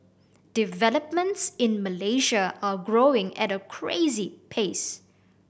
developments in Malaysia are growing at a crazy pace